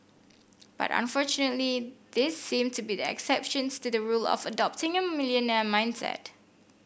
but unfortunately these seem to be the exceptions to the rule of adopting a millionaire mindset